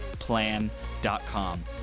Plan.com